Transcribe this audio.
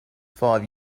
five